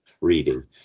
reading